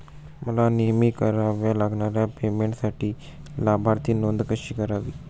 मला नेहमी कराव्या लागणाऱ्या पेमेंटसाठी लाभार्थी नोंद कशी करावी?